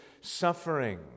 suffering